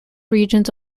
regions